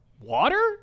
Water